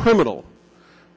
criminal